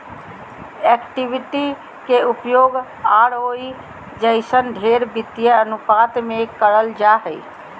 equity के उपयोग ROE जइसन ढेर वित्तीय अनुपात मे करल जा हय